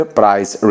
price